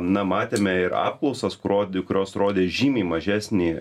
na matėme ir apklausas kur rodė kurios rodė žymiai mažesnį